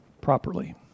properly